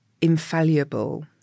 infallible